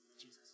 Jesus